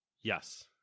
Yes